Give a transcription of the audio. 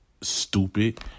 stupid